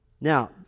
Now